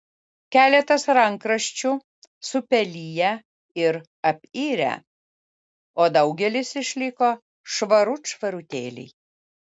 keletas rankraščių supeliję ir apirę o daugelis išliko švarut švarutėliai